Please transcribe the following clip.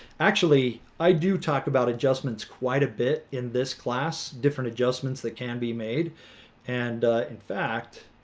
actually i do talk about adjustments quite a bit in this class different adjustments that can be made and in fact